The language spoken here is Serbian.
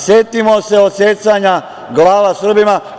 Setimo se odsecanja glava Srbima.